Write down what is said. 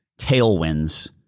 tailwinds